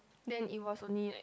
then it was only like